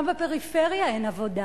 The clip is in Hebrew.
גם בפריפריה אין עבודה,